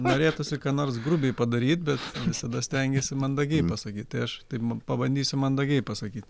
norėtųsi ką nors grubiai padaryt bet visada stengiesi mandagiai pasakyt tai aš tai pabandysiu mandagiai pasakyt